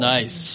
Nice